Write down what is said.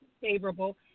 favorable